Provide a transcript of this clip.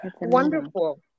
wonderful